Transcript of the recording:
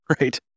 Right